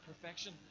perfection